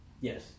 Yes